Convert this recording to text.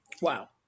Wow